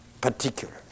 particular